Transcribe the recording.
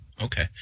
Okay